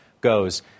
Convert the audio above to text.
goes